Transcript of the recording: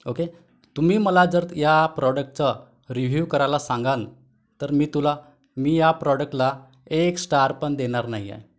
okay तुम्ही मला जर या प्रॉडक्टचं रिव्ह्यू करायला सांगान तर मी तुला मी या प्रॉडक्टला एक स्टार पण देणार नाही आहे